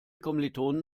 kommilitonen